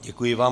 Děkuji vám.